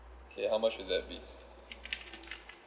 okay how much will that be